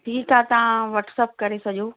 ठीकु आहे तव्हां व्हाटसप करे छॾियो